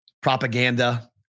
propaganda